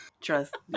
trust